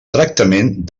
tractament